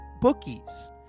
bookies